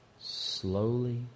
slowly